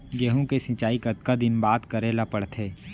गेहूँ के सिंचाई कतका दिन बाद करे ला पड़थे?